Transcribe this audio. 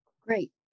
Great